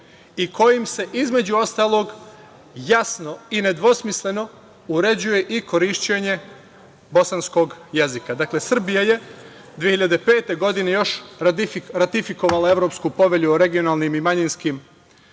i kojim se između ostalog jasno i nedvosmisleno uređuje i korišćenje bosanskog jezika. Dakle, Srbija je 2005. godine ratifikovala Evropsku povelju o evropskim i manjinskim